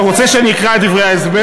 אתה רוצה, תבוא ותשאל